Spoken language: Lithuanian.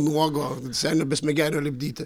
nuogo senio besmegenio lipdyti